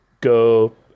go